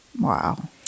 Wow